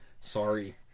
Sorry